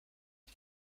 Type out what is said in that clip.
die